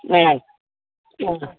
ஆ ஆ